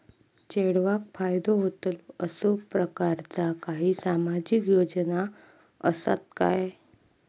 चेडवाक फायदो होतलो असो प्रकारचा काही सामाजिक योजना असात काय?